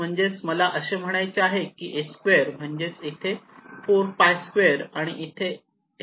म्हणजेच मला असे म्हणायचे आहे की h2 म्हणजेच इथे 4𝝅2 आणि इथे हे a2 आहे